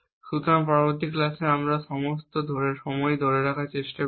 সুতরাং পরবর্তী ক্লাসে আমরা এই সমস্ত সময় ধরে রাখার চেষ্টা করব